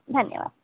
धन्यवादः